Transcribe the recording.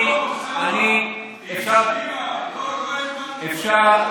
אני הקשבתי, אפשר?